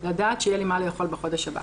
לדעת שיהיה לי מה לאכול בחודש הבא.